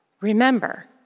remember